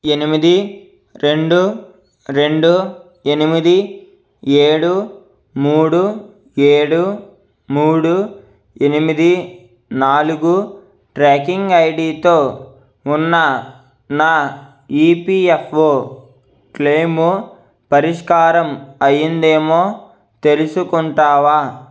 ఎనిమిది రెండు రెండు ఎనిమిది ఏడు మూడు ఏడు మూడు ఎనిమిది నాలుగు ట్ర్యాకింగ్ ఐడితో ఉన్న నా ఈపిఎఫ్ఓ క్లెయిము పరిష్కారం అయ్యిందేమో తెలుసుకుంటావా